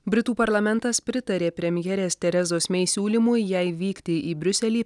britų parlamentas pritarė premjerės terezos mei siūlymui jai vykti į briuselį